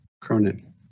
Cronin